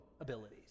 abilities